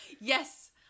Yes